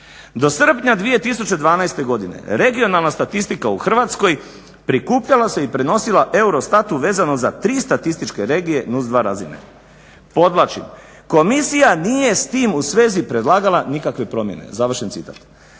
Do srpnja 2012. godine regionalna statistika u Hrvatskoj prikupljala se i prenosila EUROSTAT-u vezano za 3 statističke regije NUC2 razine. Podvlačim. Komisija nije s tim u svezi predlagala nikakve promjene. Završen citat.